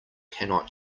cannot